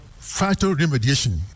phytoremediation